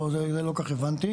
את זה לא כל כך הבנתי,